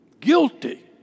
Guilty